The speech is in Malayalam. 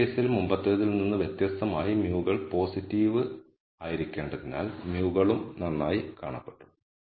ഈ കേസിൽ മുമ്പത്തേതിൽ നിന്ന് വ്യത്യസ്തമായി μ കൾ പോസിറ്റീവ് ആയിരിക്കേണ്ടതിനാൽ μ കളും നന്നായി കാണപ്പെട്ടു